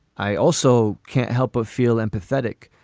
i also can't help but feel empathetic.